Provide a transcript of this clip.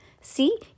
See